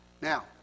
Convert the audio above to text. Now